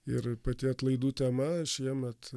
ir pati atlaidų tema šiemet